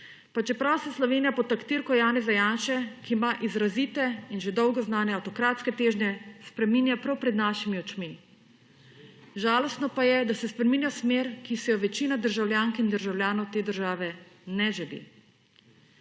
pa čeprav se Slovenija pod taktirko Janeza Janše, ki ima izrazite in že dolgo znane avtokratske težnje, spreminja prav pred našimi očmi. Žalostno pa je, da se spreminja v smer, ki si jo večina državljank in državljanov te države ne želi.